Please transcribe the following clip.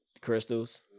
Crystals